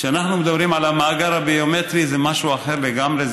כשאנחנו מדברים על המאגר הביומטרי זה משהו אחר לגמרי,